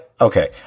okay